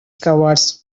cowards